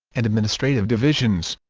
and administrative divisions